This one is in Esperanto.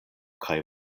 kaj